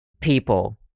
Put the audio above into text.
people